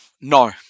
No